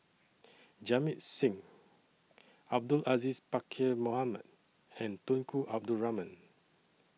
Jamit Singh Abdul Aziz Pakkeer Mohamed and Tunku Abdul Rahman